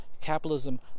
Capitalism